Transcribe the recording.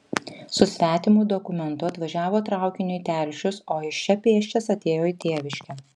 su svetimu dokumentu atvažiavo traukiniu į telšius o iš čia pėsčias atėjo į tėviškę